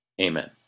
Amen